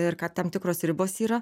ir kad tam tikros ribos yra